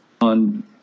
on